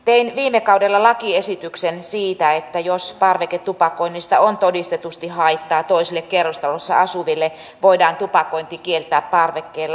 tein viime kaudella lakiesityksen siitä että jos parveketupakoinnista on todistetusti haittaa toisille kerrostalossa asuville voidaan tupakointi kieltää parvekkeella